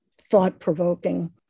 thought-provoking